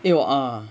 it was a